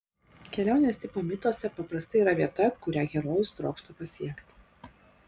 kelionės tipo mituose paprastai yra vieta kurią herojus trokšta pasiekti